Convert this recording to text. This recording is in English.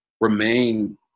remain